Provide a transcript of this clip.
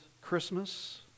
Christmas